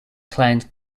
claimed